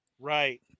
right